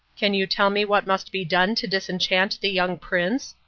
can you tell me what must be done to disenchant the young prince?